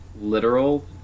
literal